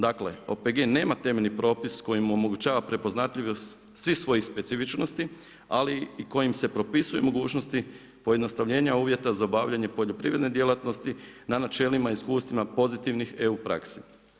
Dakle, OPG nema temeljni propis koji mu omogućava prepoznatljivost svih svoji specifičnosti, ali i kojim se propisuje mogućnosti pojednostavljenje uvjeta za obavljanje poljoprivredne djelatnosti, na načelima iskustvima pozitivnim EU praksi.